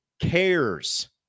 cares